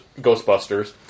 Ghostbusters